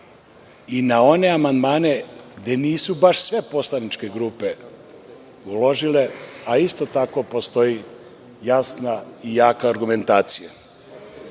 i na one amandmane gde nisu baš sve poslaničke grupe uložile, a isto tako postoji jasna i jaka argumentacija. Gospodine